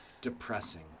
depressing